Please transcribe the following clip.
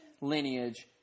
lineage